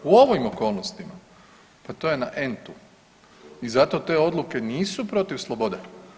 U ovim okolnostima pa to je na n-tu i zato te odluke nisu protiv slobode.